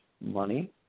money